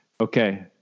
Okay